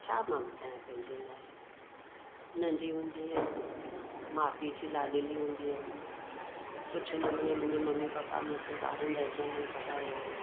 छा मां ॿुधायां पंहिंजे लाइ नंढी हूंदी हुअमि माउ पीउ जी लाडली हूंदी हुअमि सुठे नमूने मुंहिंजे मम्मी पापा मूंखे ॿारहनि दर्जनि ताईं पढ़ायो